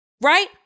right